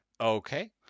Okay